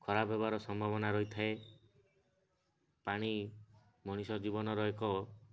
ଖରାପ ହେବାର ସମ୍ଭାବନା ରହିଥାଏ ପାଣି ମଣିଷ ଜୀବନର ଏକ